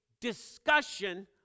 discussion